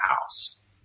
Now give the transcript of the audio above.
house